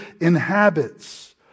inhabits